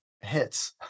hits